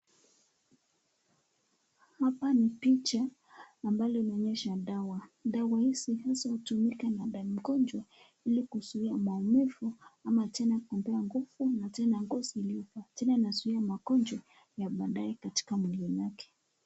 Hapa ni picha ambayo inaonyesha dawa, dawa hizi hutumika na mgonjwa kuyuliza maumivu ama tena kumpea nguvu tena inazuia magojwa baadae katika mwili wake